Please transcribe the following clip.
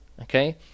okay